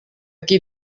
qui